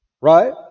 Right